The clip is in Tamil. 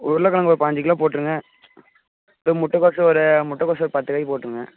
உருளக்கிழங்கு ஒரு பதினைஞ்சி கிலோ போட்டுருங்க அடுத்து முட்டைக்கோஸு ஒரு முட்டைக்கோஸு பத்து காய் போட்டுருங்க